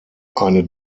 eine